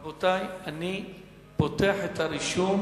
רבותי, אני פותח את הרישום.